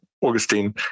Augustine